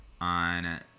on